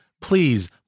please